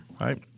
right